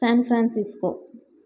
San Francisco